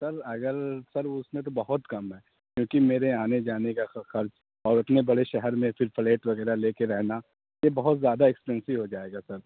سر اگر سر اس میں تو بہت کم ہے کیونکہ میرے آنے جانے کا خرچ اور اتنے بڑے شہر میں پھر پلیٹ وغیرہ لے کے رہنا یہ بہت زیادہ ایکسپینسو ہو جائے گا سر